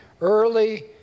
early